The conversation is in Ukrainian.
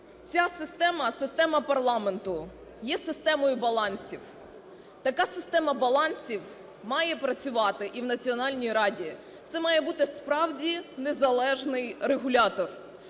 ця система - система парламенту є системою балансів. Така система балансів має працювати і в Національній раді. Це має бути справді незалежний регулятор